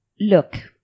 Look